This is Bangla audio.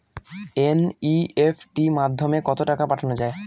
এন.ই.এফ.টি মাধ্যমে কত টাকা পাঠানো যায়?